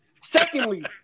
Secondly